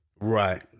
Right